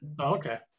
okay